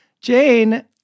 Jane